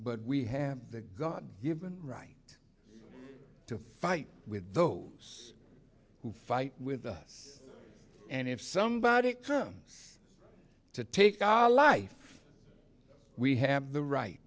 but we have the god given right to fight with those who fight with us and if somebody comes to take our life we have the right